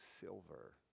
silver